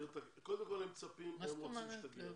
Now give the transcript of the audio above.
קודם כל הם מצפים והם רוצים שתגיע.